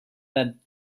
that